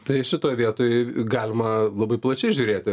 tai šitoj vietoj galima labai plačiai žiūrėti